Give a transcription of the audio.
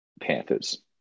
Panthers